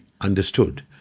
understood